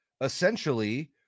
essentially